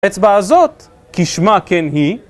אצבע הזאת, כשמה כן היא.